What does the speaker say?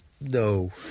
no